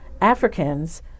Africans